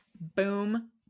Boom